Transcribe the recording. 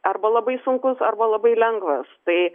arba labai sunkus arba labai lengvas tai